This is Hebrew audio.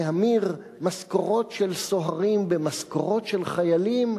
להמיר משכורות של סוהרים במשכורות של חיילים,